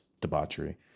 debauchery